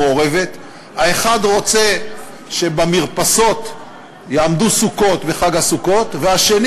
האחד רוצה שבמרפסות יעמדו סוכות בחג הסוכות והשני